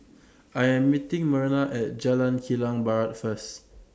I Am meeting Merna At Jalan Kilang Barat First